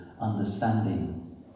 understanding